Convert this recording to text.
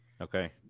Okay